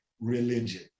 religion